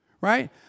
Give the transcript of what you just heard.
Right